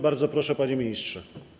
Bardzo proszę, panie ministrze.